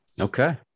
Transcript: okay